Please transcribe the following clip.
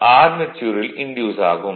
ஆர்மெச்சூரில் induce ஆகும்